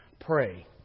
Pray